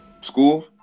school